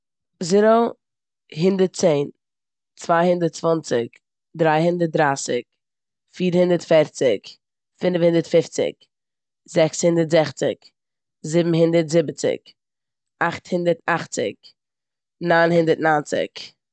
זערא, הונדערט צען, צוויי הונדערט צוואנציג, דריי הונדערט רייסיג, פיר הונדערט פערציג, פינף האנדערט פופציג, זעקס הונדערט זעכציג, זיבן הונדערט זיבעציג, אכט הונדערט אכציג, ניין הונדערט ניינציג.